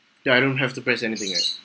ya I don't have to press anything right